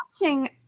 watching